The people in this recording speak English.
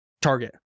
Target